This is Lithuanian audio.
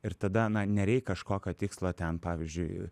ir tada na nereik kažkokio tikslo ten pavyzdžiui